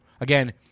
Again